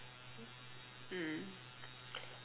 mm